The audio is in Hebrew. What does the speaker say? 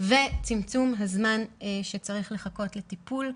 וצמצום הזמן שצריך לחכות לטיפול.